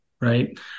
right